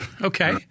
Okay